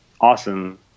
awesome